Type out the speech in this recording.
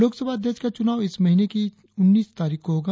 लोकसभा अध्यक्ष का चुनाव इस महीने की उन्नीस तारीख को होगा